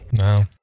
No